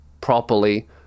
properly